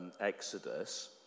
Exodus